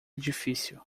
difícil